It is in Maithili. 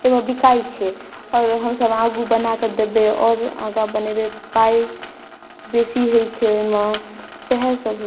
ओहिमे बीकाइ छै आओर हमसभ आगू बनाकऽ दऽ देबै आओर आगाँ बनेबै पाइ बेसी होइ छै ओहिमे सएह सभ होइ छै